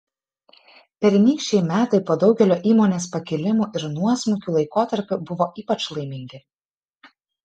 pernykščiai metai po daugelio įmonės pakilimų ir nuosmukių laikotarpių buvo ypač laimingi